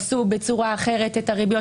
בגלל שפרסו אחרת את הריביות.